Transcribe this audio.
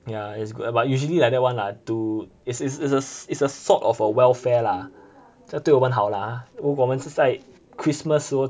ya is good but usually like that one lah to is is is a is a sort of a welfare law 这对我们好 lah 如果我们在 christmas